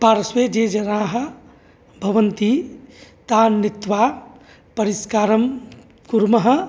पार्श्वे ये जनाः भवन्ति तान् नीत्वा परिष्कारं कुर्मः